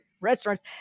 restaurants